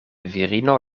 virino